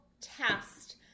test